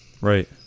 Right